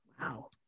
Wow